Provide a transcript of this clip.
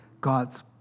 God's